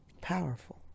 powerful